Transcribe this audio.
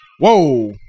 Whoa